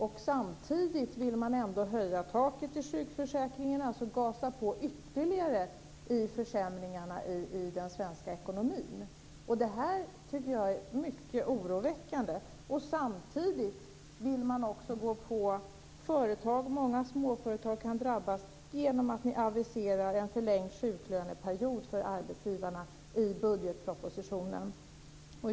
Samtidigt vill man höja taket i sjukförsäkringen, alltså gasa på ytterligare när det gäller försämringarna i den svenska ekonomin. Det här tycker jag är mycket oroväckande. Sedan vill man också gå på företag. Många småföretag kan drabbas genom att ni aviserar en förlängd sjuklöneperiod för arbetsgivarna i budgetpropositionen.